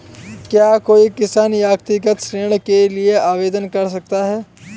क्या कोई किसान व्यक्तिगत ऋण के लिए आवेदन कर सकता है?